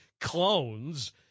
clones